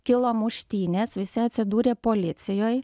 kilo muštynės visi atsidūrė policijoj